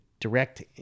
direct